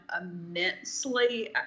immensely